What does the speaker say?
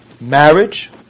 marriage